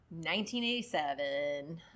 1987